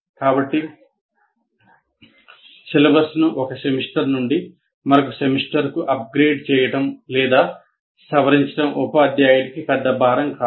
కాబట్టి సిలబస్ను ఒక సెమిస్టర్ నుండి మరొక సెమిస్టర్కు అప్గ్రేడ్ చేయడం లేదా సవరించడం ఉపాధ్యాయుడికి పెద్ద భారం కాదు